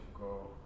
go